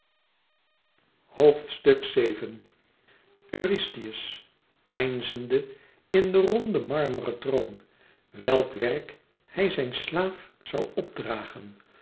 eurystheus peinzende in den ronden marmeren troon welk werk hij zijn slaaf zoû op